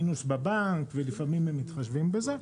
המינוס בבנק ולפעמים הם מתחשבים בזה,